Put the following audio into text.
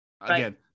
Again